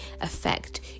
affect